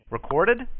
Recorded